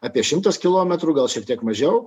apie šimtas kilometrų gal šiek tiek mažiau